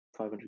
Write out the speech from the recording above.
500